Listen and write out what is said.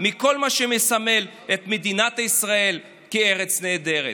מכל מה שמסמל את מדינת ישראל כארץ נהדרת.